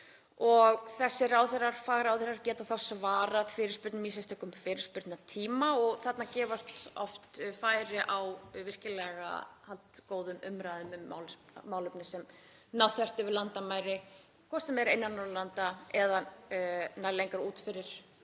Þessir ráðherrar og fagráðherrar geta þá svarað fyrirspurnum í sérstökum fyrirspurnatíma og þarna gefst oft færi á virkilega góðum umræðum um málefni sem ná þvert yfir landamæri, hvort sem er innan Norðurlanda eða lengra út fyrir